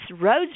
roads